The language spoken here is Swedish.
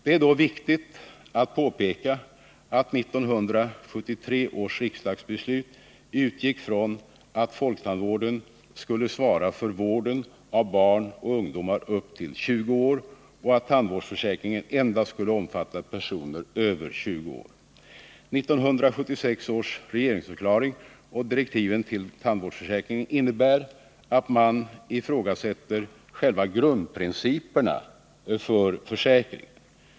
Det är då viktigt att påpeka att 1973 års riksdagsbeslut utgick från att folktandvården skulle svara för vården av barn och ungdomar upp till 20 år och att tandvårdsförsäkringen endast skulle omfatta personer över 20 år. 1976 års regeringsförklaring och direktiven till tandvårdsförsäkringen innebär att man ifrågasätter själva grundprinciperna för försäkringen.